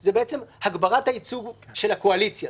זה הגברת הייצוג של הקואליציה.